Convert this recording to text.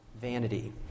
vanity